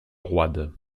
roide